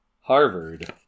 Harvard